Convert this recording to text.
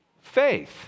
Faith